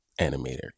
animator